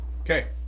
Okay